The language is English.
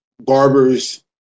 Barbers